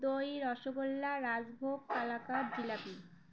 দই রসগোল্লা রাজভোগ কালাকাঁদ জিলাপি